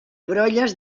brolles